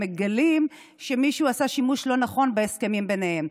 מגלים שמישהו עשה שימוש לא נכון בהסכמים ביניהם.